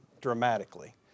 dramatically